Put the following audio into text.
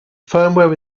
firmware